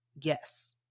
yes